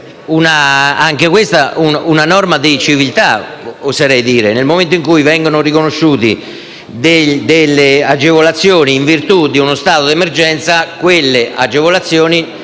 Anche questa è una norma di civiltà, oserei dire. Nel momento in cui vengono riconosciute delle agevolazioni in virtù di uno stato di emergenza, quelle agevolazioni